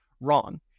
Wrong